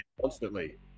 constantly